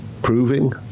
proving